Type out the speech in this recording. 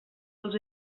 els